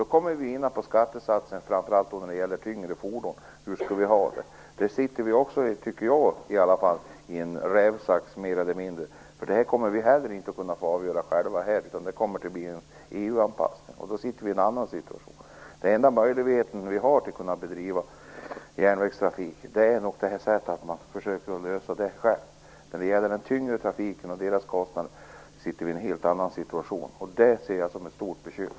Då kommer vi in på skattesatsen framför allt för de tyngre fordonen. Där sitter vi, tycker jag, mer eller mindre i en rävsax. Det kommer vi inte heller att kunna avgöra själva här, utan det kommer att bli en EU-anpassning. Då har vi en annan situation. Den enda möjlighet vi har att bedriva järnvägstrafik är att vi försöker lösa frågan själva. När det gäller kostnaderna för den tyngre trafiken har vi en helt annan situation. Den ser jag som ett stort bekymmer.